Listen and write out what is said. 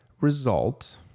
result